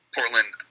Portland